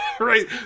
Right